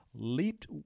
Leaped